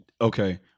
Okay